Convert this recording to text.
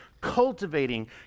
cultivating